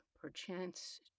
Perchance